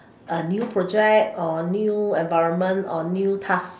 a new project or a new environment or new task